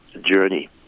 journey